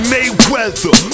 Mayweather